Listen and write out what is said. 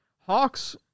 Hawks